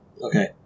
okay